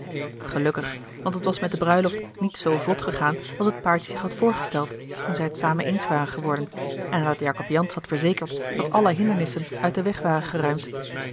gelukkig want het was met de bruiloft niet zo vlot gegaan als het paartje zich had voorgesteld toen zij het samen eens waren geworden en nadat jacob jansz had verzekerd dat alle hindernissen uit den weg waren